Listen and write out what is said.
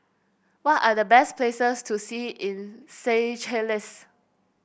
what are the best places to see in Seychelles